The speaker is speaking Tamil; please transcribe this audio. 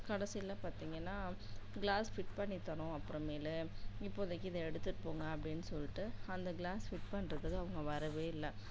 கடைசியில் பார்த்தீங்கன்னா கிளாஸ் ஃபிட் பண்ணித் தரோம் அப்புறமேலு இப்போதைக்கு இதை எடுத்துட்டுப் போங்க அப்படின்னு சொல்லிட்டு அந்த கிளாஸ் ஃபிட் பண்ணுறதுக்கு அவங்க வரவே இல்லை